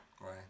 Right